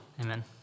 Amen